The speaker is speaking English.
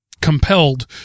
compelled